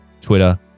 Twitter